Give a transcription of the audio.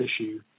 issue